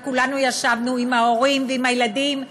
וכולנו ישבנו עם ההורים ועם הילדים,